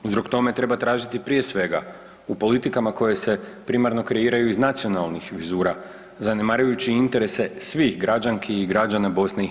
Uzrok tome treba tražiti prije svega u politikama koje se primarno kreiraju iz nacionalnih vizura zanemarujući interese svih građanki i građana BiH.